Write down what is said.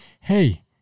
hey